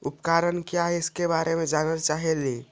उपकरण क्या है इसके बारे मे जानल चाहेली?